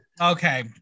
Okay